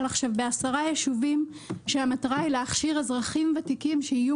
עכשיו ב-10 ישובים שהמטרה היא להכשיר אזרחים ותיקים שיהיו